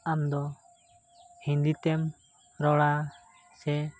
ᱟᱢᱫᱚ ᱦᱤᱱᱫᱤ ᱛᱮᱢ ᱨᱚᱲᱟ ᱥᱮ